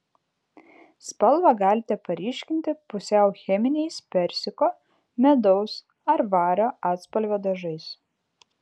spalvą galite paryškinti pusiau cheminiais persiko medaus ar vario atspalvio dažais